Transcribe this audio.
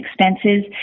expenses